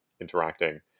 interacting